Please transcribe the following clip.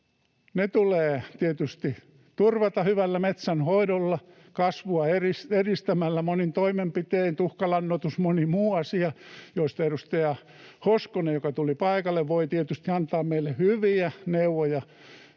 Ne tulee tietysti turvata hyvällä metsänhoidolla, kasvua edistämällä, monin toimenpitein — tuhkalannoitus, moni muu asia — joista edustaja Hoskonen, joka tuli paikalle, voi tietysti antaa meille hyviä neuvoja.